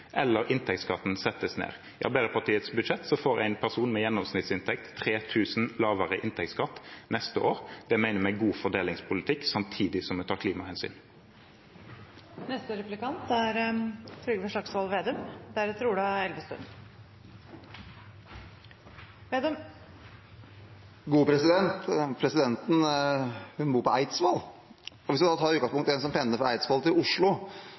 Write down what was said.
eller vi setter ned inntektsskatten. I Arbeiderpartiets budsjett får en person med gjennomsnittsinntekt 3 000 kr lavere inntektsskatt neste år. Det mener vi er god fordelingspolitikk, samtidig som vi tar klimahensyn. Presidenten bor på Eidsvoll, og hvis man tar utgangspunkt i en som pendler fra Eidsvoll til Oslo, har hun tapt 5 800 kr med de innskjerpingene som